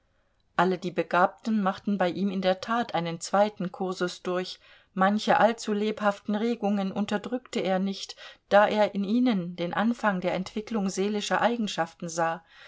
alle begabten machten bei ihm in der tat einen zweiten kursus durch manche allzu lebhaften regungen unterdrückte er nicht da er in ihnen den anfang der entwicklung seelischer eigenschaften sah